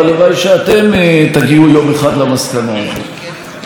והלוואי שאתם תגיעו יום אחד למסקנה הזאת.